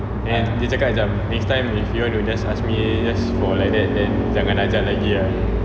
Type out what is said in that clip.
then dia cakap macam next time if you want to just ask me you just for like that then jangan ajak lagi ah